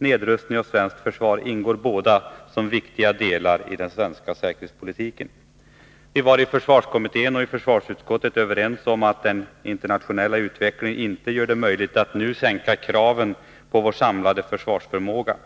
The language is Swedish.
Nedrustning och svenskt försvar ingår båda som viktiga delar i den svenska säkerhetspolitiken. Vi var i försvarskommittén och försvarsutskottet överens om att den internationella utvecklingen inte gör det möjligt att nu sänka kraven på vår samlade försvarsförmåga.